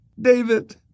David